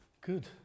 Good